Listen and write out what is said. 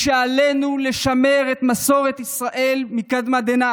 היא שעלינו לשמר את מסורת ישראל מקדמת דנא